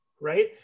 right